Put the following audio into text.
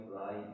life